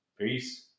Peace